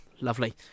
Lovely